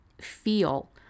feel